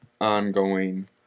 ongoing